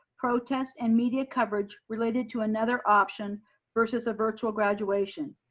protests and media coverage related to another option versus a virtual graduation?